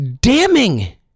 damning